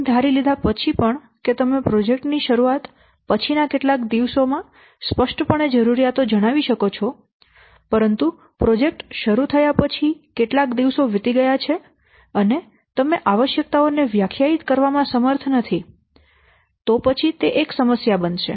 એમ ધારી લીધા પછી પણ કે તમે પ્રોજેક્ટ ની શરૂઆત પછીના કેટલાક દિવસો માં સ્પષ્ટપણે જરૂરિયાતો જણાવી શકો છો પરંતુ પ્રોજેક્ટ શરૂ થયા પછી કેટલાક દિવસો વીતી ગયા છે અને તમે આવશ્યકતાઓ ને વ્યાખ્યાયિત કરવામાં સમર્થ નથી તો પછી તે એક સમસ્યા બનશે